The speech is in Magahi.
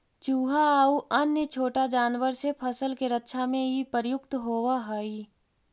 चुहा आउ अन्य छोटा जानवर से फसल के रक्षा में इ प्रयुक्त होवऽ हई